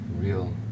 real